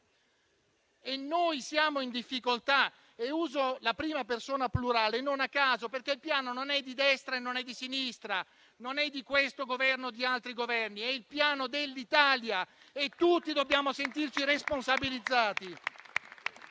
2024. Siamo in difficoltà e uso la prima persona plurale non a caso, perché il Piano non è di destra né di sinistra, non è di questo Governo o di altri Governi: è il Piano dell'Italia e tutti dobbiamo sentirci responsabilizzati.